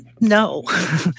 No